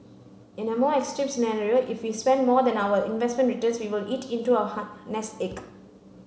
in a more extreme scenario if we spent more than our investment returns we will eat into our nest egg